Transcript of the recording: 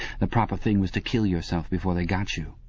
the proper thing was to kill yourself before they got you.